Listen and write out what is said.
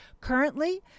Currently